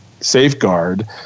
safeguard